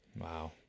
Wow